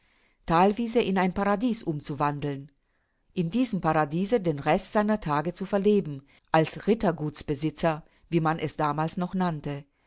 thalwiese in ein paradies umzuwandeln in diesem paradiese den rest seiner tage zu verleben als rittergutsbesitzer wie man es damals noch nannte